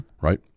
Right